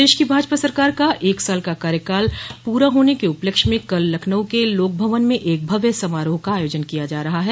प्रदेश की भाजपा सरकार का एक साल का कार्यकाल पूरा होने के उपलक्ष्य में कल लखनऊ के लोकभवन में एक भव्य समाराह का आयोजन किया जा रहा है